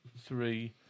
three